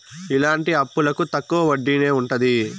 ఇలాంటి అప్పులకు తక్కువ వడ్డీనే ఉంటది